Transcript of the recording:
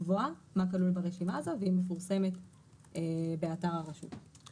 ערך לקבוע מה כלול ברשימה הזו והיא מפורסמת באתר הרשות לניירות ערך.